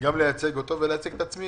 גם לייצג אותו ולייצג את עצמי